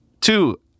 Two